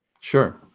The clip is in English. Sure